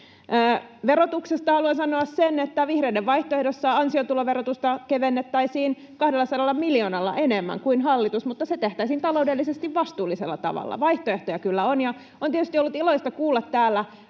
Verotuksesta haluan sanoa sen, että vihreiden vaihtoehdossa ansiotuloverotusta kevennettäisiin 200 miljoonalla enemmän kuin hallitus, mutta se tehtäisiin taloudellisesti vastuullisella tavalla. Vaihtoehtoja kyllä on, ja on tietysti ollut iloista kuulla täällä